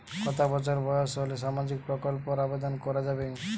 কত বছর বয়স হলে সামাজিক প্রকল্পর আবেদন করযাবে?